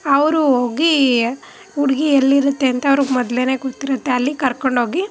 ಅವರು ಹೋಗಿ ಹುಡ್ಗಿ ಎಲ್ಲಿರುತ್ತೆ ಅಂತ ಅವ್ರಿಗೆ ಮೊದ್ಲೇ ಗೊತ್ತಿರುತ್ತೆ ಅಲ್ಲಿಗೆ ಕರ್ಕೊಂಡೋಗಿ